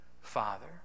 Father